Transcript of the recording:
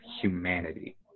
humanity